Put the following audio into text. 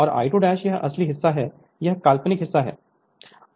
और I2 यह असली हिस्सा है यह काल्पनिक हिस्सा है